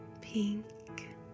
pink